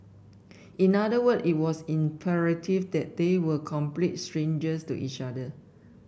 in other word it was imperative that they were complete strangers to each other